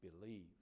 believe